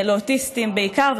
לאוטיסטים בעיקר,